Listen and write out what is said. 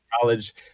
college